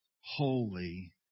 holy